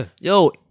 Yo